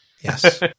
yes